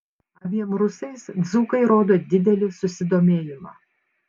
abiem rusais dzūkai rodo didelį susidomėjimą